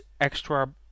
extra